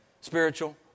spiritual